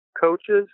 coaches